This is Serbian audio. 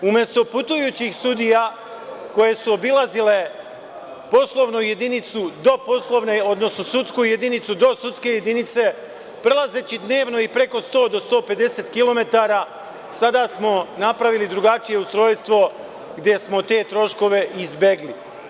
Umesto putujućih sudija koje su obilazile poslovnu jedinicu, odnosno sudsku jedinicu do sudske jedinice, prelazeći dnevno i preko 100-150 kilometara, sada smo napravili drugačije ustrojstvo gde smo te troškove izbegli.